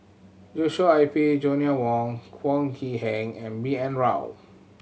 Joshua Ip Joanna Wong Heng and B N Rao